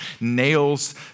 nails